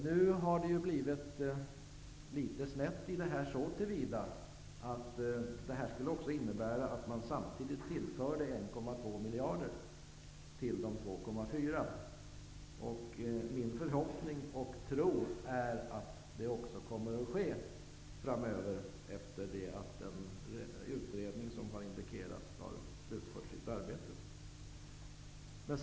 I fråga om detta har en sak gått litet snett, så till vida att detta skulle innebära att man samtidigt tillförde 1,2 miljarder till de 2,4 miljarderna. Min förhoppning och tro är att det också kommer att ske framöver, efter det att den utredning som har indikerats har slutfört sitt arbete.